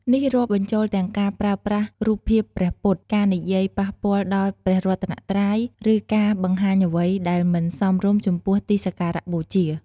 នេះរាប់បញ្ចូលទាំងការប្រើប្រាស់រូបភាពព្រះពុទ្ធ ការនិយាយប៉ះពាល់ដល់ព្រះរតនត្រ័យ ឬការបង្ហាញអ្វីដែលមិនសមរម្យចំពោះទីសក្ការបូជា។